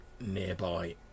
nearby